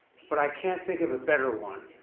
but i can't think of a better one.